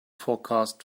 forecast